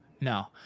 no